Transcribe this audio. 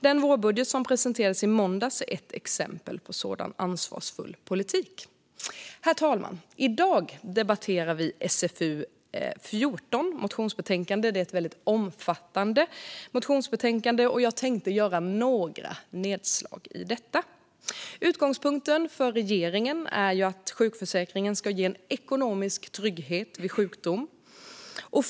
Den vårbudget som presenterades i måndags är ett exempel på en sådan ansvarsfull politik. Herr talman! I dag debatterar vi motionsbetänkandet SfU14. Det är ett väldigt omfattande motionsbetänkande, och jag tänkte göra några nedslag i det. Utgångspunkten för regeringen är att sjukförsäkringen ska ge en ekonomisk trygghet vid sjukdom.